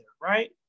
right